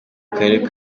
karere